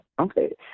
Okay